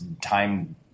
time